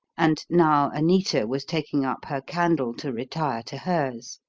and now anita was taking up her candle to retire to hers.